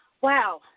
wow